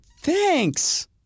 Thanks